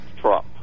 Trump